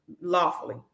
lawfully